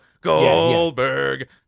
Goldberg